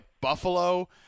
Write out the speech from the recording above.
Buffalo –